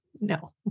No